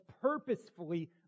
purposefully